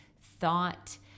thought